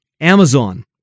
Amazon